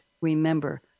remember